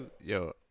yo